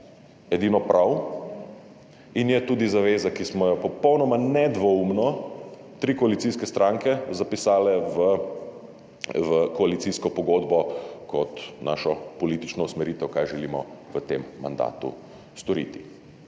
edino prav in je tudi zaveza, ki smo jo popolnoma nedvoumno tri koalicijske stranke zapisale v koalicijsko pogodbo kot našo politično usmeritev, kaj želimo v tem mandatu storiti.